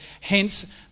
Hence